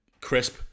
Crisp